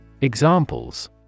Examples